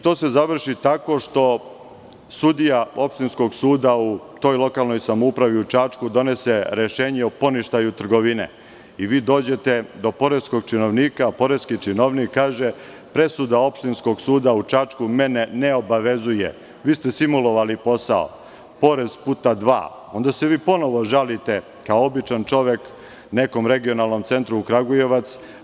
To se završi tako što sudija opštinskog suda u toj lokalnoj samoupravi, u Čačku donese rešenje o poništaju trgovine i vi dođete do poreskog činovnika, a poreski činovnik kaže – presuda opštinskog suda u Čačku mene ne obavezuje, vi ste simulovali posao, porez puta dvai onda se vi ponovo žalite kao običan čovek nekom regionalnom centru u Kragujevcu.